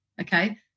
Okay